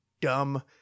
dumb